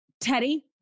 Teddy